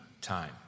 time